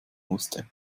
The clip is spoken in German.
musste